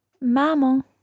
Maman